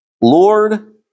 Lord